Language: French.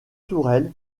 tourelles